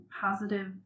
positive